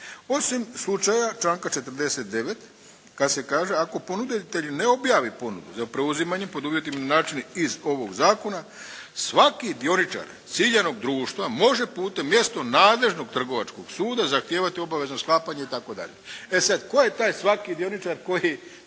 osim slučaja članka 49. kad se kaže ako ponuditelj ne objavi ponudu za preuzimanje pod uvjetima i načinima iz ovog zakona svaki dioničar ciljanog društva može putem mjesno nadležnog trgovačkog suda zahtijevati obavezno sklapanje itd. E sada tko je taj svaki dioničar koji,